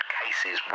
cases